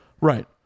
Right